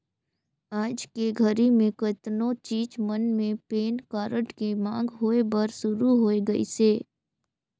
आयज के घरी मे केतनो चीच मन मे पेन कारड के मांग होय बर सुरू हो गइसे